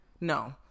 No